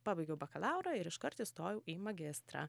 pabaigiau bakalaurą ir iškart įstojau į magistrą